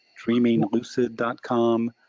dreaminglucid.com